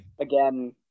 again